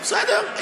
בסדר.